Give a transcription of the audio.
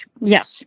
yes